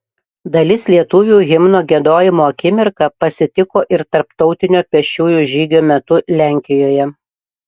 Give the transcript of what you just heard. dalis lietuvių himno giedojimo akimirką pasitiko ir tarptautinio pėsčiųjų žygio metu lenkijoje